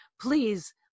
please